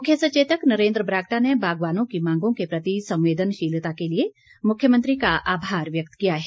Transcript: मुख्य सचेतक नरेन्द्र बरागटा ने बागवानों की मांगों के प्रति संवेदनशीलता के लिए मुख्यमंत्री का आभार व्यक्त किया है